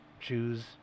Choose